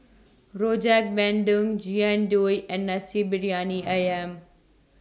Rojak Bandung Jian Dui and Nasi Briyani Ayam